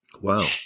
Wow